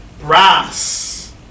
brass